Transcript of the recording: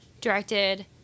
directed